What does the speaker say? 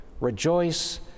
rejoice